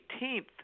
18th